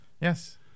Yes